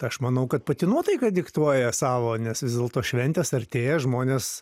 tai aš manau kad pati nuotaika diktuoja savo nes vis dėlto šventės artėja žmonės